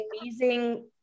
amazing